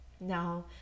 now